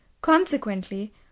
Consequently